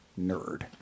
nerd